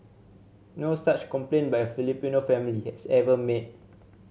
no such complaint by Filipino family has ever made